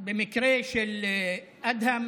במקרה של אדהם